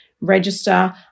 register